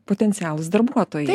potencialūs darbuotojai